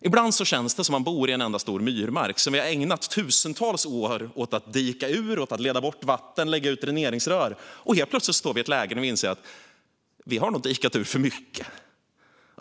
Ibland känns det som att vi bor i en enda stor myrmark där vi har ägnat tusentals år åt att dika ur, leda bort vatten och lägga ut dräneringsrör och där vi helt plötsligt står i ett läge där vi inser att vi nog har dikat ur för mycket.